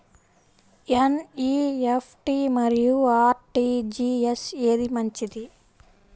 NEFT మరియు RTGS ఏది మంచిది?